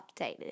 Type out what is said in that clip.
updated